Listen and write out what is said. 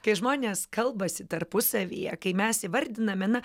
kai žmonės kalbasi tarpusavyje kai mes įvardiname na